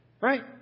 Right